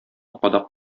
кадак